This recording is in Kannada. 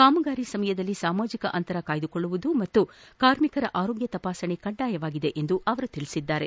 ಕಾಮಗಾರಿ ಸಮಯದಲ್ಲಿ ಸಾಮಾಜಿಕ ಅಂತರ ಕಾಯ್ದುಕೊಳ್ಳುವುದು ಹಾಗೂ ಕಾರ್ಮಿಕರ ಆರೋಗ್ಯ ತಪಾಸಣೆ ಕಡ್ಡಾಯವಾಗಿದೆ ಎಂದು ಅವರು ತಿಳಿಸಿದರು